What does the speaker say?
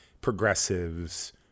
progressives